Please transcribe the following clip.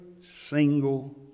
single